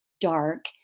dark